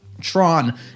Tron